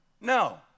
No